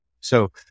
So-